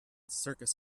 circus